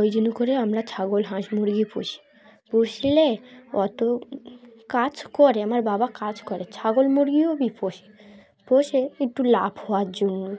ওই জন্য করে আমরা ছাগল হাঁস মুরগি পুষি পুষলে অত কাজ করে আমার বাবা কাজ করে ছাগল মুরগিও পোষে পোষে একটু লাভ হওয়ার জন্য